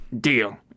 Deal